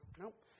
Nope